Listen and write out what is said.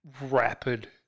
rapid